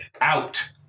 out